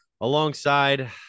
alongside